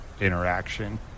interaction